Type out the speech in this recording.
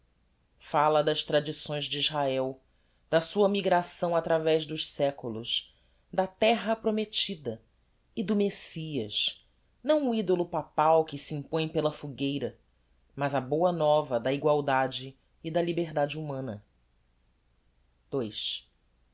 falla das tradições de israel da sua migração através dos seculos da terra promettida e do messias não o idolo papal que se impõe pela fogueira mas a boa nova da egualdade e da liberdade humana ii